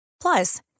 Plus